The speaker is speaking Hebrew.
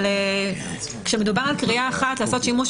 אבל כשמדובר על קריאה אחת שעושים שימוש